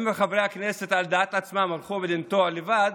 אם חברי הכנסת על דעת עצמם הלכו לנטוע, לבד,